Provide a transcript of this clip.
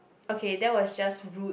okay that was just rude